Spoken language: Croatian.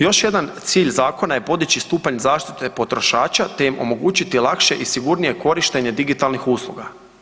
Još jedan cilj zakona je podići stupanj zaštite potrošača te im omogućiti lakše i sigurnije korištenje digitalnih usluga.